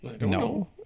No